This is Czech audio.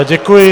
Děkuji.